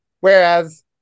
whereas